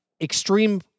extreme